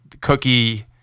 cookie